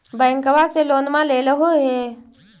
बैंकवा से लोनवा लेलहो हे?